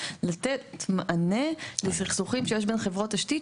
לתת מענה לסכסוכים שיש בין חברות תשתית,